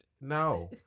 No